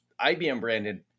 IBM-branded